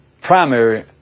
primary